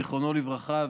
זיכרונו לברכה,